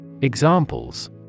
Examples